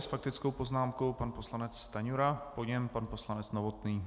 S faktickou poznámkou pan poslanec Stanjura, po něm pan poslanec Novotný.